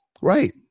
Right